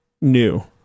new